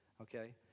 okay